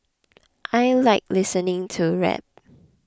I like listening to rap